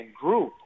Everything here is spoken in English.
group